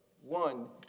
One